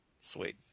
Sweet